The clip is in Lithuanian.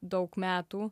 daug metų